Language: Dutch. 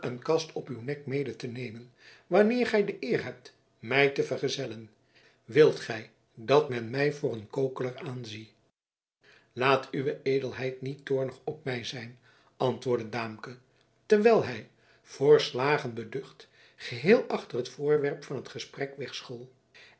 een kast op uw nek mede te nemen wanneer gij de eer hebt mij te vergezellen wilt gij dat men mij voor een kokeler aanzie laat uwe edelheid niet toornig op mij zijn antwoordde daamke terwijl hij voor slagen beducht geheel achter het onderwerp van het gesprek